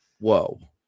whoa